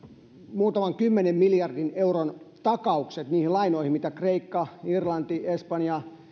muutaman kymmenen miljardin euron takaukset niihin lainoihin joita kreikka irlanti espanja